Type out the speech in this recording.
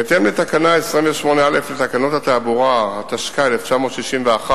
בהתאם לתקנה 28(א) לתקנות התעבורה, התשכ"א 1961,